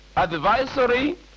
advisory